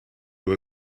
with